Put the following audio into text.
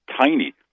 tiny